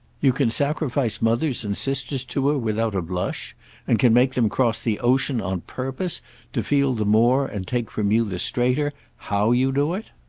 you can sacrifice mothers and sisters to her without a blush and can make them cross the ocean on purpose to feel the more and take from you the straighter, how you do it?